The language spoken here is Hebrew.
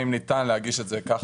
האם ניתן להגיש את זה כך.